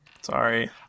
Sorry